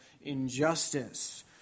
injustice